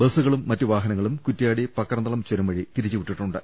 ബസ്സുകളും മറ്റു വാഹനങ്ങളും കുറ്റ്യാടി പക്രംതളം ചുരം വഴി തിരിച്ചുവിട്ടിട്ടുണ്ട്